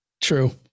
True